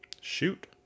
Shoot